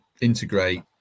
integrate